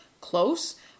close